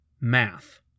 math